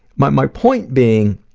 my my point being,